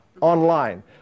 online